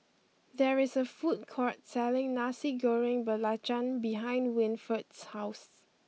there is a food court selling Nasi Goreng Belacan behind Winford's house